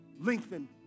Lengthen